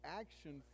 action